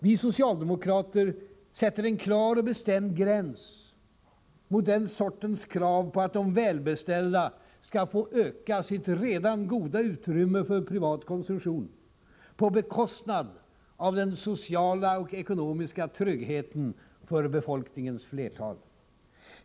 Vi socialdemokrater sätter en klar och bestämd gräns mot den sortens krav på att de välbeställda skall få öka sitt redan goda utrymme för privat konsumtion på bekostnad av den sociala och ekonomiska tryggheten för befolkningens flertal.